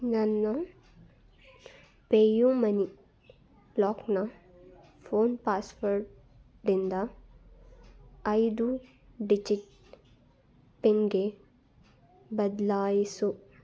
ನನ್ನ PayU money ಲಾಕ್ನ phone password ಇಂದ ಐದು ಡಿಜಿಟ್ ಪಿನ್ಗೆ ಬದಲಾಯಿಸು